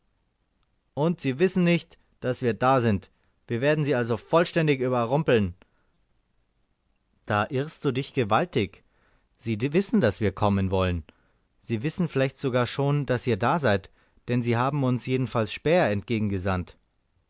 und sie wissen nicht daß wir da sind wir werden sie also vollständig überrumpeln da irrst du dich gewaltig sie wissen daß wir kommen wollen sie wissen vielleicht sogar schon daß ihr da seid denn sie haben uns jedenfalls späher